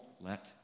let